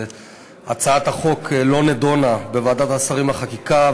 הצעת החוק לא נדונה בוועדת השרים לחקיקה,